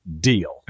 deal